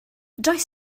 does